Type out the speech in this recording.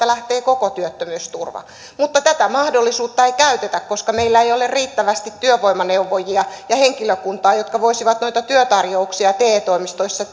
lähtee koko työttömyysturva mutta tätä mahdollisuutta ei käytetä koska meillä ei ole riittävästi työvoimaneuvojia ja henkilökuntaa jotka voisivat noita työtarjouksia te toimistoissa